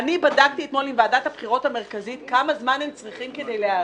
אני בדקתי אתמול עם ועדת הבחירות המרכזית כמה זמן הם צריכים כדי להיערך.